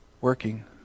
working